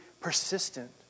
persistent